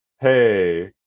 Hey